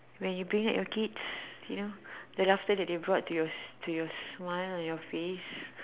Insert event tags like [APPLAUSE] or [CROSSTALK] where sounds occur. when you bring out your kids you know the last time that they brought to your to your smile on your face [BREATH]